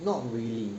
not really